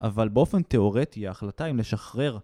אבל באופן תיאורטי ההחלטה היא לשחרר